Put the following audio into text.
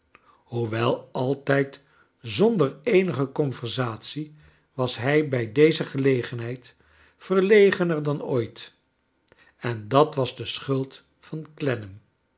hoewel altijd zonder eenige oonversatie was hij bij deze gelegenheid verlegener dan ooit en dat was de schuld van